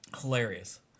Hilarious